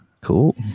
cool